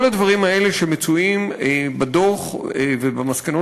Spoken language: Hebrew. כל הדברים האלה שמצויים בדוח ובמסקנות